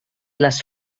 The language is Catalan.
les